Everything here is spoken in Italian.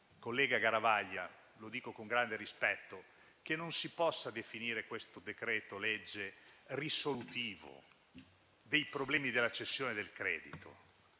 collega Garavaglia, - lo dico con grande rispetto - che non si possa definire questo decreto-legge risolutivo dei problemi della cessione del credito,